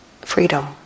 freedom